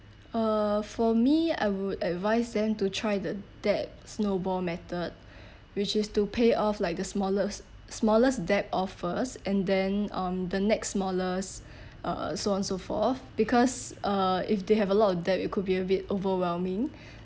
uh for me I would advise them to try the debt snowball method which is to pay off like the smallest smallest debt off first and then um the next smallest uh so on so forth because uh if they have a lot of debt it could be a bit overwhelming